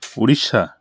Orissa